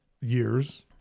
years